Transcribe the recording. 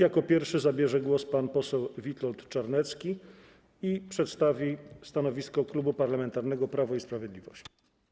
Jako pierwszy zabierze głos pan poseł Witold Czarnecki i przedstawi stanowisko Klubu Parlamentarnego Prawo i Sprawiedliwość.